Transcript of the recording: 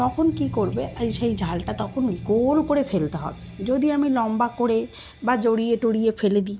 তখন কী করবে এই সেই জালটা তখন গোল করে ফেলতে হবে যদি আমি লম্বা করে বা জড়িয়ে টড়িয়ে ফেলে দিই